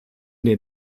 den